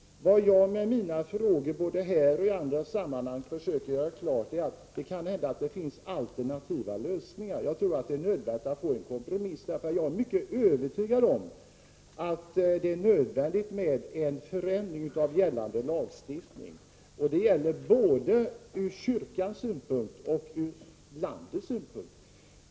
Vad jag med mina frågor, både här och i andra sammanhang, försöker göra klart är att det kan hända att det finns alternativa lösningar. Det är enligt min uppfattning nödvändigt att få en kompromiss till stånd. Jag är nämligen mycket övertygad om att det är nödvändigt med en förändring av gällande lagstiftning, det gäller både sett från kyrkans synpunkt och från landets synpunkt.